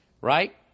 right